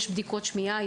יש בדיקות שמיעה,